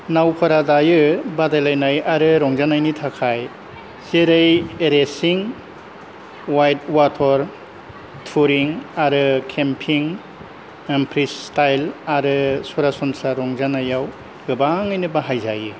नावफोरा दायो बादायलायनाय आरो रंजानायनि थाखाय जेरै रेसिं वाइटवाटर टूरिं आरो केम्पिं एण्ड फ्रीस्टाइल आरो सरासनस्रा रंजानायाव गोबाङैनो बाहाय जायो